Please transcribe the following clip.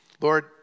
Lord